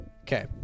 Okay